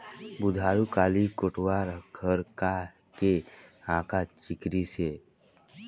बुधारू काली कोटवार हर का के हाँका चिकरिस हे?